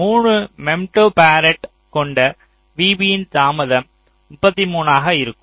3 femtofarad கொண்ட vB யின் தாமதம் 33 ஆக இருக்கும்